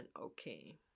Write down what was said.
okay